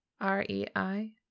R-E-I